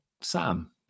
sam